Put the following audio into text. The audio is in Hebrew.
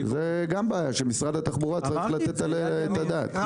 זו גם בעיה שמשרד התחבורה צריך לתת עליה את הדעת.